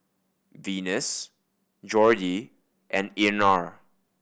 Venus Jordy and Einar